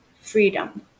freedom